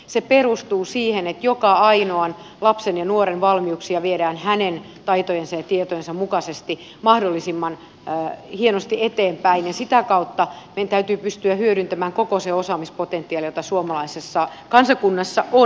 se perustuu siihen että joka ainoan lapsen ja nuoren valmiuksia viedään hänen taitojensa ja tietojensa mukaisesti mahdollisimman hienosti eteenpäin ja sitä kautta meidän täytyy pystyä hyödyntämään koko se osaamispotentiaali jota suomalaisessa kansakunnassa on